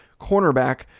cornerback